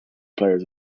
players